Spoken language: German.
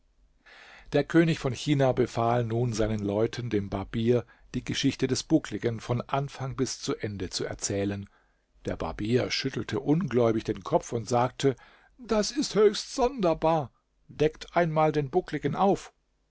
der könig von china befahl nun seinen leuten dem barbier die geschichte des buckligen von anfang bis zu ende zu erzählen der barbier schüttelte ungläubig den kopf und sagte das ist höchst sonderbar deckt einmal den buckligen auf